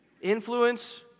influence